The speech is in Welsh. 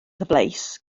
gyfleus